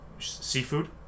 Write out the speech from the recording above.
seafood